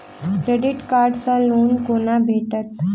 Credit card सँ loan कोना भेटत?